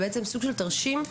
זה סוג של תרשים.